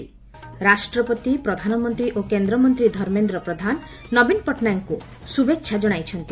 ରାଷ୍ଟ୍ରପତି ପ୍ରଧାନମନ୍ତୀ ଓ କେନ୍ଦ୍ରମନ୍ତୀ ଧର୍ମେନ୍ଦ୍ର ପ୍ରଧାନ ନବୀନ ପଟ୍ଟନାୟକଙ୍କୁ ଶୁଭେଚ୍ଚା ଜଣାଇଛନ୍ତି